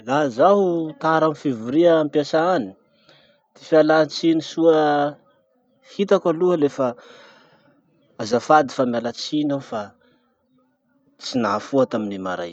Laha zaho tara amy fivoria ampiasa any, ty fialatsiny soa hitako aloha lefa azafady fa mialatsiny aho fa tsy nahafoha tamin'ny maray.